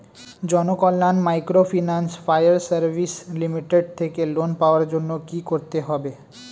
Janakalyan microfinance fire service limited থেকে loan পাওয়ার জন্য কি করতে হবে?